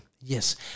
Yes